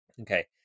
Okay